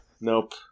Nope